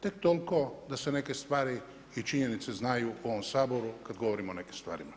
Tek toliko da se neke stvari i činjenice znaju u ovom Saboru kada govorimo o nekim stvarima.